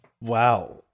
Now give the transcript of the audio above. Wow